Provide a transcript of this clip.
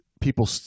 people